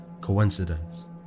coincidence